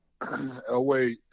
Elway